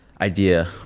idea